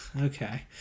Okay